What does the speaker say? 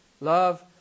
Love